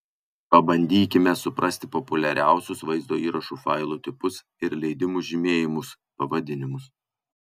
pabandykime suprasti populiariausius vaizdo įrašų failų tipus ir leidimų žymėjimus pavadinimus